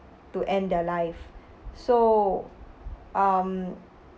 to end their life so um